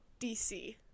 dc